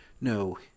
No